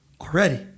already